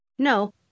No